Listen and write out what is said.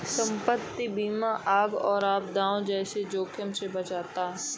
संपत्ति बीमा आग और आपदाओं जैसे जोखिमों से बचाता है